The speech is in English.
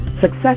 Success